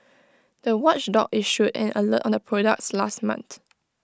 the watchdog issued an alert on the products last month